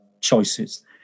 choices